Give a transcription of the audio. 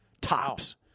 tops